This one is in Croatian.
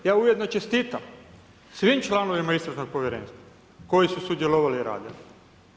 Ja ujedinio i čestitam svim članovima istražnog povjerenstva, koji su sudjelovali raditi.